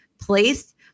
place